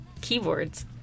keyboards